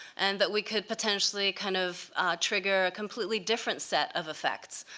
and that we could potentially kind of trigger a completely different set of effects.